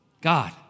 God